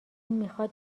میخواد